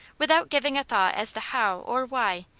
without giving a thought as to how, or why,